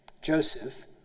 Joseph